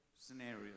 scenarios